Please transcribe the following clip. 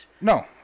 No